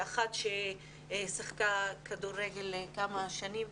כאחת ששיחקה כדורגל כמה שנים,